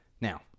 Now